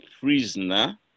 prisoner